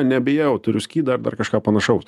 nebijau turiu skydą ar dar kažką panašaus